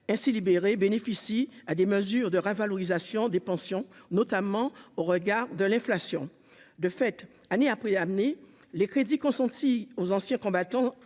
ainsi libérés, bénéficient à des mesures de revalorisation des pensions, notamment au regard de l'inflation, de fait, année après année les crédits consentis aux anciens combattants